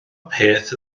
peth